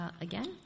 again